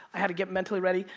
i had to get mentally ready.